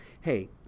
hey